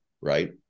Right